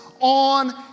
on